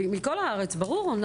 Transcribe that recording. בכול הארץ, ברור.